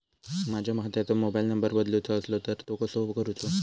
माझ्या खात्याचो mobile number बदलुचो असलो तर तो कसो करूचो?